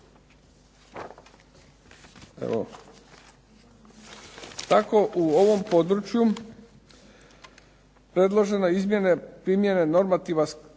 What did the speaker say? Tako u ovom području predložene izmjene primjene normativa sukladno